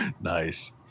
Nice